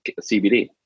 CBD